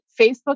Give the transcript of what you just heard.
Facebook